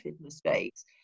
mistakes